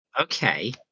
Okay